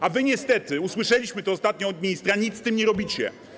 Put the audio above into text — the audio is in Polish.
A wy niestety, usłyszeliśmy to ostatnio od ministra, nic z tym nie robicie.